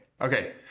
okay